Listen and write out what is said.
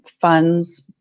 funds